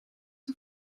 een